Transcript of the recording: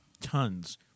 Tons